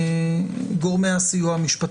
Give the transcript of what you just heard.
את הניסוח נעשה כבר בפעם הבאה.